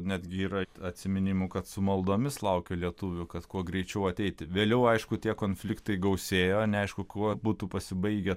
netgi yra atsiminimų kad su maldomis laukė lietuvių kad kuo greičiau ateitų vėliau aišku tie konfliktai gausėjo neaišku kuo būtų pasibaigę